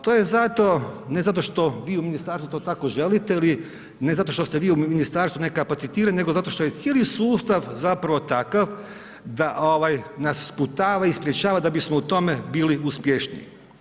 To je zato, ne zato što vi u ministarstvu to tako želite ili ne zato što ste vi u ministarstvu ne kapacitirani nego zato što je cijeli sustav zapravo takav da nas sputava i sprječava da bismo u tome bili uspješniji.